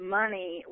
money